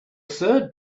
third